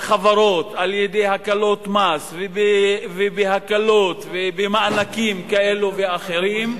לחברות, על-ידי הקלות מס ובמענקים כאלו ואחרים,